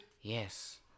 Yes